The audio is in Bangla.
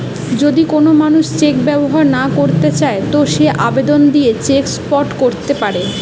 যদি কোন মানুষ চেক ব্যবহার না কইরতে চায় তো সে আবেদন দিয়ে চেক স্টপ ক্যরতে পারে